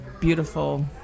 beautiful